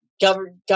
government